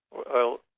well